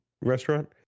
restaurant